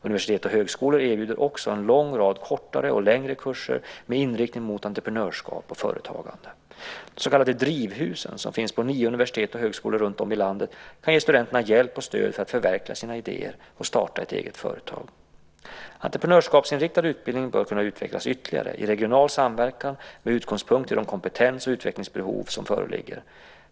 Universitet och högskolor erbjuder också en lång rad kortare och längre kurser med inriktning mot entreprenörskap och företagande. De så kallade Drivhusen, som finns på nio universitet och högskolor runtom i landet, kan ge studenterna hjälp och stöd för att förverkliga sina idéer och starta ett eget företag. Entreprenörskapsinriktad utbildning bör kunna utvecklas ytterligare i regional samverkan, med utgångspunkt i de kompetens och utvecklingsbehov som föreligger.